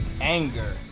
anger